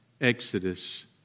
Exodus